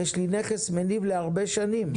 יש לי נכס מניב להרבה שנים.